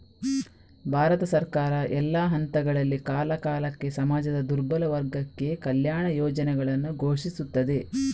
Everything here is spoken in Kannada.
ಭಾರತ ಸರ್ಕಾರ, ಎಲ್ಲಾ ಹಂತಗಳಲ್ಲಿ, ಕಾಲಕಾಲಕ್ಕೆ ಸಮಾಜದ ದುರ್ಬಲ ವರ್ಗಕ್ಕೆ ಕಲ್ಯಾಣ ಯೋಜನೆಗಳನ್ನು ಘೋಷಿಸುತ್ತದೆ